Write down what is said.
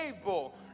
able